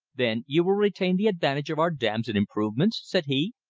then you will retain the advantage of our dams and improvements, said he.